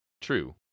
true